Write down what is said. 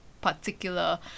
particular